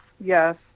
yes